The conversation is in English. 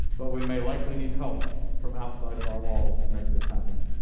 but we may likely need help from outside of our walls to make this happen.